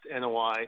NOI